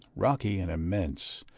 rocky, and immense,